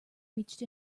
reached